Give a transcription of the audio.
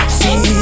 see